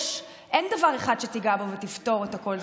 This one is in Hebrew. אין דבר אחד שתיגע בו ותפתור את הכול.